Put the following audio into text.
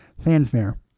Fanfare